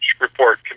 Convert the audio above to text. Report